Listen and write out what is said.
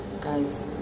guys